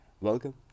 welcome